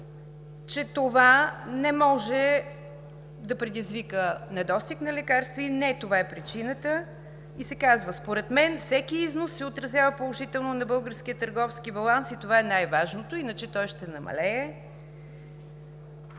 че това не може да предизвика недостиг на лекарства и че не това е причината. Казва се: „Според мен всеки износ се отразява положително на българския търговски баланс и това е най-важното, иначе той ще намалее“.